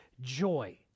joy